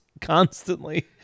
constantly